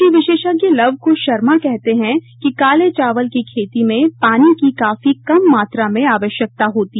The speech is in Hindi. कृषि विशेषज्ञ लवकश शर्मा कहते हैं कि काले चावल की खेती में पानी की काफी कम मात्रा में आवश्यकता होती है